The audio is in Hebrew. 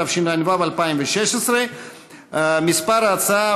התשע"ו 2016. מספר ההצעה,